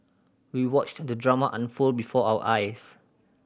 we watched the drama unfold before our eyes